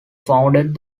founded